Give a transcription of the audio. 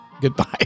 goodbye